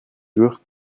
durch